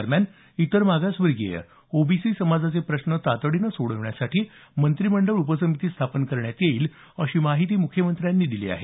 दरम्यान इतर मागासवर्गीय ओबीसी समाजाचे प्रश्न तातडीने सोडवण्यासाठी मंत्रिमंडळ उपसमिती स्थापन करण्यात येईल अशी माहिती मुख्यमंत्र्यांनी दिली आहे